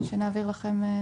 שנעביר לכם.